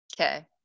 Okay